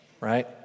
right